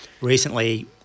recently